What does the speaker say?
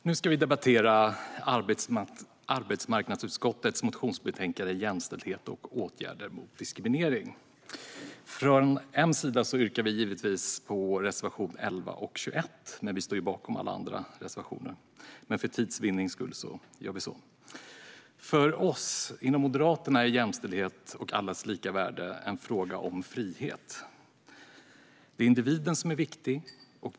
Fru talman! Nu ska vi debattera arbetsmarknadsutskottets motionsbetänkande Jämställdhet och åtgärder mot diskriminering . Vi moderater står givetvis bakom alla våra reservationer, men för tids vinnande yrkar vi bifall bara till reservationerna 11 och 21. För oss inom Moderaterna är jämställdhet och allas lika värde en fråga om frihet. Det är individen som är viktig.